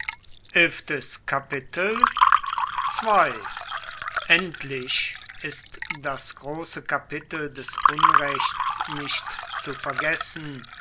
endlich ist das große kapitel des unrechts nicht zu vergessen